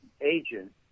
agent